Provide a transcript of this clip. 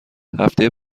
هفته